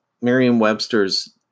Merriam-Webster's